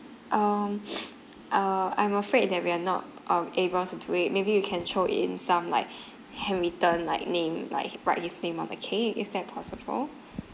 um uh I'm afraid that we are not um able to do it maybe we can throw in some like handwritten like name like write his name on the cake is that possible